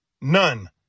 None